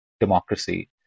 democracy